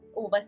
over